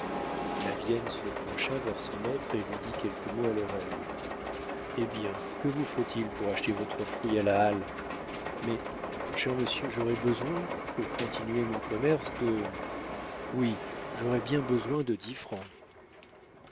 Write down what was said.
la porte lavienne se pencha vers son maître et lui dit quelques mots à l'oreille eh bien que vous faut-il pour acheter votre fruit à la halle mais mon cher monsieur j'aurais besoin pour continuer mon commerce de oui j'aurais bien besoin de dix francs